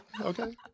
okay